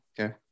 Okay